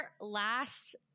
last